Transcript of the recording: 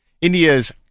India's